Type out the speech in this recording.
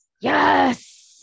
yes